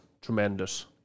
tremendous